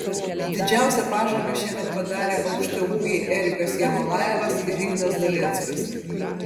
didžiausią pažangą šiemet padarė aukštaūgiai erikas jermolajevas ir ignas zalieckas